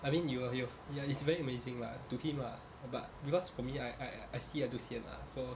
I mean you will you will ya it's very amazing lah to him ah but because for me I I I see until sian ah so